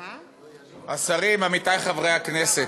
השרים, עמיתי חברי הכנסת,